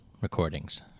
recordings